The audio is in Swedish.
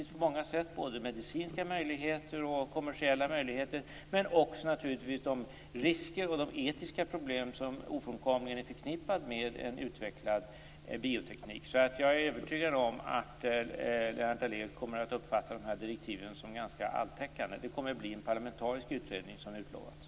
Det är fråga om både medicinska och kommersiella möjligheter men också om de risker och etiska problem som ofrånkomligen är förknippade med en utvecklad bioteknik. Jag är övertygad om att Lennart Daléus kommer att uppfatta direktiven som ganska alltäckande. Det kommer att bli en parlamentarisk utredning, som utlovats.